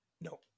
No